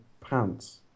pants